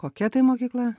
kokia tai mokykla